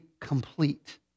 complete